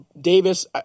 Davis